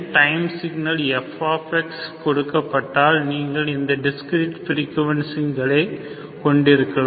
time signal f கொடுக்கப்பட்டால் நீங்கள் இந்த டிஸ்கிரீட் ஃப்பிரிகுவேசன்களை கொண்டிருக்கலாம்